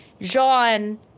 Jean